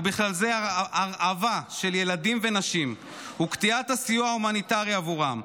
ובכלל זה ההרעבה של ילדים ונשים וקטיעת הסיוע ההומניטרי עבורם,